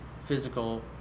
physical